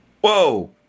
Whoa